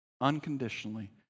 unconditionally